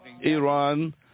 Iran